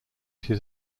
his